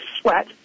sweat